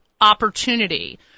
opportunity